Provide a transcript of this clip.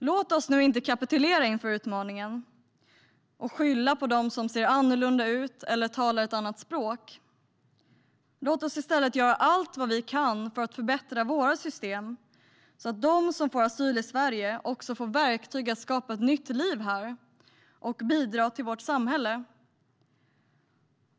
Låt oss inte kapitulera inför utmaningen och skylla på dem som ser annorlunda ut eller talar ett annat språk! Låt oss i stället göra allt vad vi kan för att förbättra våra system, så att de som får asyl i Sverige också får verktyg för att skapa ett nytt liv här och bidra till vårt samhälle!